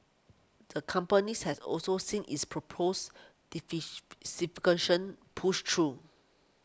the companies has also seen its proposed pushed through